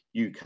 UK